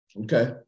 Okay